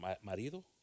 marido